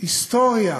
שההיסטוריה